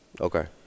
Okay